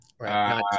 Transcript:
right